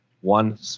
one